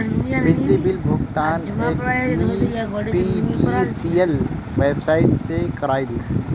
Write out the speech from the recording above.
बिजली बिल भुगतान SBPDCL website से क्रॉइल